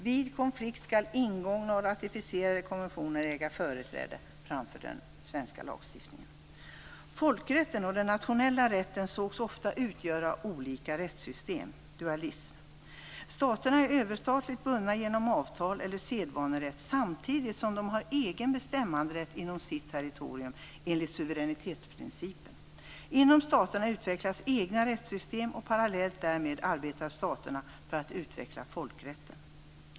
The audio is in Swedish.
Vid konflikt skall ingångna och ratificerade konventioner äga företräde framför den svenska lagstiftningen. Folkrätten och den nationella rätten sägs ofta utgöra olika rättssystem, dvs. dualism. Staterna är överstatligt bundna genom avtal eller sedvanerätt samtidigt som de har egen bestämmanderätt inom sitt territorium enligt suveränitetsprincipen. Inom staterna utvecklas egna rättssystem, och parallellt därmed arbetar staterna för att utveckla folkrätten.